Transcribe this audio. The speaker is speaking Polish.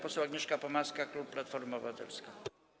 Poseł Agnieszka Pomaska, klub Platforma Obywatelska.